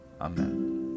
Amen